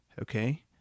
okay